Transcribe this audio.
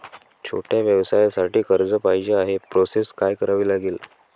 छोट्या व्यवसायासाठी कर्ज पाहिजे आहे प्रोसेस काय करावी लागेल?